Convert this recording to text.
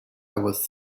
was